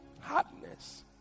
hardness